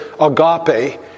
agape